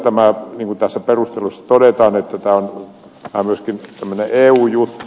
tämä niin kuin perusteluissa todetaan on myöskin tämmöinen eu juttu